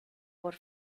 por